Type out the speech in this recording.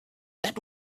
that